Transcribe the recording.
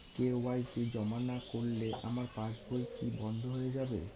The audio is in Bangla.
কে.ওয়াই.সি জমা না করলে আমার পাসবই কি বন্ধ হয়ে যাবে?